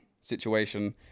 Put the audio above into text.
situation